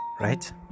right